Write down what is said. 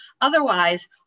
Otherwise